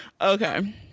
Okay